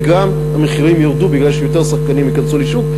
והמחירים ירדו גם מפני שיותר שחקנים ייכנסו לשוק.